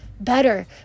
better